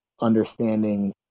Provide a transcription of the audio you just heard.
understanding